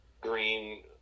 green